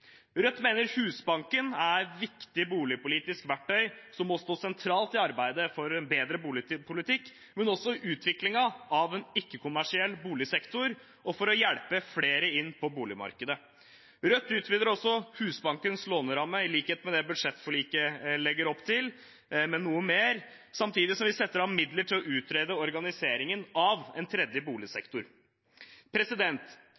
Rødt mener Husbanken er et viktig boligpolitisk verktøy som må stå sentralt i arbeidet for en bedre boligpolitikk, men også i utviklingen av en ikke-kommersiell boligsektor og for å hjelpe flere inn på boligmarkedet. Rødt utvider også Husbankens låneramme, i likhet med det budsjettforliket legger opp til, men noe mer, samtidig som vi setter av midler til å utrede organiseringen av en tredje